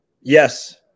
Yes